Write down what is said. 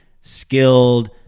skilled